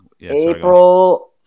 april